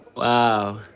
Wow